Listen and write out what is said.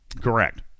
Correct